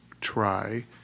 try